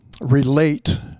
relate